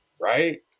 right